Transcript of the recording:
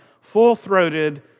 full-throated